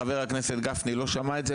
חבר הכנסת גפני לא שמע את זה,